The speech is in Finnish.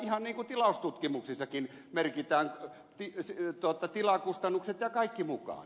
ihan niin kuin tilaustutkimuksissakin merkitään tilakustannukset ja kaikki mukaan